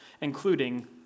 including